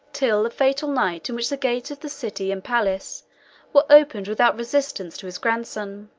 till the fatal night in which the gates of the city and palace were opened without resistance to his grandson.